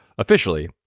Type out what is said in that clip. Officially